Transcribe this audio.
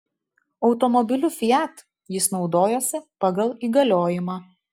automobiliu fiat jis naudojosi pagal įgaliojimą